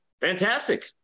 Fantastic